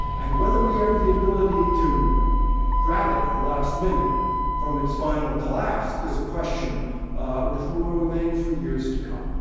and whether we have the ability to grab it at the last minute from its final collapse is a question which will remain for years to come.